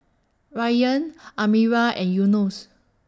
Ryan Amirah and Yunos